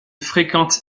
fréquente